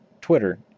Twitter